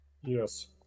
Yes